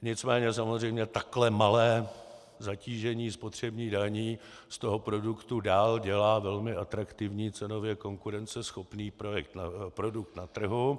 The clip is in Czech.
Nicméně samozřejmě takhle malé zatížení spotřební daní z toho produktu dál dělá velmi atraktivní, cenově konkurenceschopný produkt na trhu.